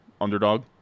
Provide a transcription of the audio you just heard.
Underdog